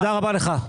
תודה רבה לך.